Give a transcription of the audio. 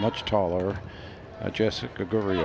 much taller jessica go